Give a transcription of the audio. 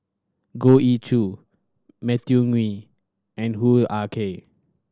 Goh Ee Choo Matthew Ngui and Hoo Ah Kay